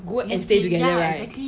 go out and stay together right